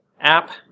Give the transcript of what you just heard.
app